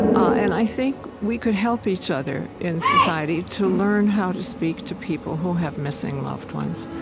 and i think we could help each other in society to learn how to speak to people who have missing loved ones.